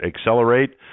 accelerate